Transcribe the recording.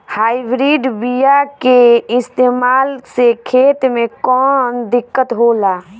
Hybrid बीया के इस्तेमाल से खेत में कौन दिकत होलाऽ?